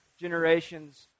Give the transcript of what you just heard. generation's